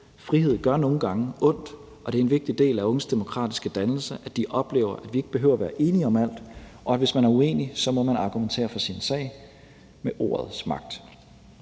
Frihed gør nogle gange ondt, og det er en vigtig del af unges demokratiske dannelse, at de oplever, at vi ikke behøver at være enige om alt, og at man må argumentere for sin sag med ordets magt,